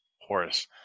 Horace